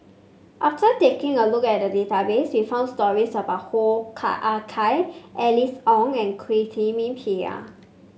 after taking a look at the database we found stories about Hoo Ah Kay Alice Ong and Quentin Pereira